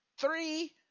three